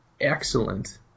excellent